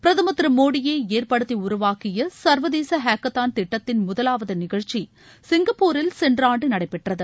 பிரதமர் திரு மோடியே ஏற்படுத்தி உருவாக்கிய சர்வதேச ஹேக்கத்தான் திட்டத்தின் முதலாவது நிகழ்ச்சி சிங்கப்பூரில் சென்ற ஆண்டு நடைபெற்றது